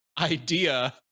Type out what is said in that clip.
idea